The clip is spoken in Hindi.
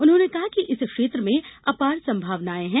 उन्होंने कहा कि इस क्षेत्र में अपार संभावनाएं हैं